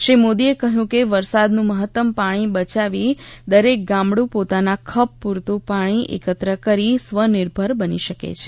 શ્રી મોદીએ કહ્યું હતું કે વરસાદનું મહત્તમ પાણી બચાવી દરેક ગામડું પોતાના ખપ પૂરતું પાણી એકત્ર કરી સ્વનિર્ભર બની શકે છે